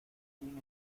bien